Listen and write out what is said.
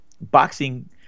boxing